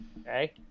Okay